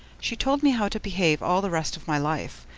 she told me how to behave all the rest of my life,